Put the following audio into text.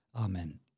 Amen